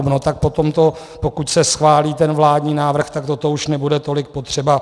No tak potom, pokud se schválí ten vládní návrh, tak toto už nebude tolik potřeba.